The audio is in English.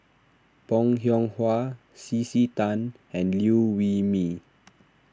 Bong Hiong Hwa C C Tan and Liew Wee Mee